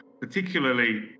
particularly